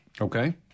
Okay